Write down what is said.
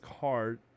card